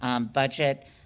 budget